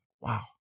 Wow